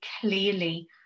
clearly